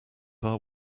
are